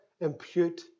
impute